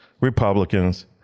Republicans